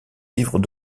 livres